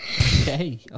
Okay